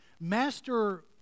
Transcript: master